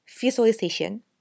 visualization